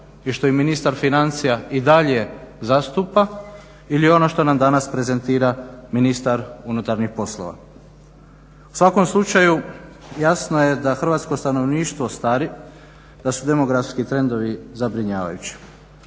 i što je ministar financija i dalje zastupa, ili ono što nam danas prezentira ministar unutarnjih poslova. U svakom slučaju jasno je da hrvatsko stanovništvo stari, da su demografski trendovi zabrinjavajući.